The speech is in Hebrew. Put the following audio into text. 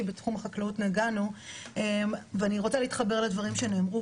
כי בתחום החקלאות נגענו ואני רוצה להתחבר לדברים שנאמרו